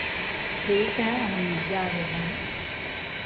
ठीक है हम जा रहे हैं